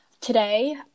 today